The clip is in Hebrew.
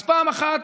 אז פעם אחת,